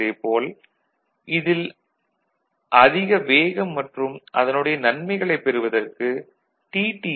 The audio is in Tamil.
அதே போல் அதிக வேகம் மற்றும் அதனுடைய நன்மைகளைப் பெறுவதற்கு டி